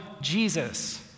Jesus